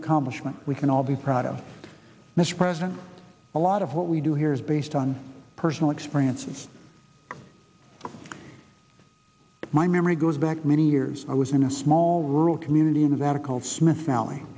accomplishment we can all be proud of mr president a lot of what we do here is based on personal experiences my memory goes back many years i was in a small rural community and that are called smith